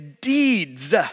deeds